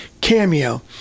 cameo